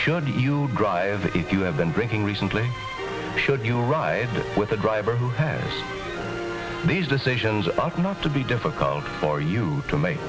should you drive if you have been drinking recently should you ride with a driver who hands these decisions out not to be difficult for you to make